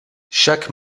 chaque